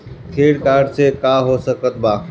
Credit card से का हो सकइत बा?